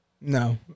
No